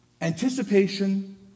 Anticipation